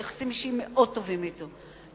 יש לי יחסים אישיים מאוד טובים אתו,